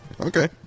Okay